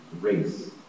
race